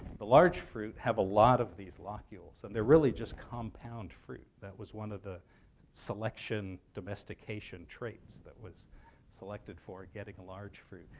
the large fruit have a lot of these locules, and they're really just compound fruit. that was one of the selection domestication traits that was selected for, getting a large fruit.